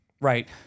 Right